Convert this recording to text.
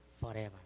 forever